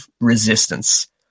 resistance